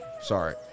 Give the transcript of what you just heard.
sorry